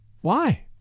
Why